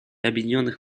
объединенных